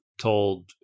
told